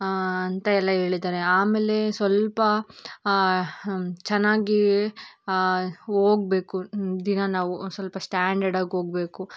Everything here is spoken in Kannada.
ಆಂ ಅಂತ ಎಲ್ಲ ಹೇಳಿದ್ದಾರೆ ಆಮೇಲೆ ಸ್ವಲ್ಪ ಚೆನ್ನಾಗಿ ಹೋಗಬೇಕು ದಿನ ನಾವು ಒಂದು ಸ್ವಲ್ಪ ಸ್ಟ್ಯಾಂಡರ್ಡಾಗಿ ಹೋಗ್ಬೇಕು